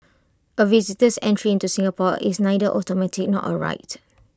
A visitor's entry into Singapore is neither automatic nor A right